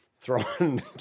throwing